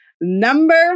Number